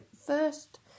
first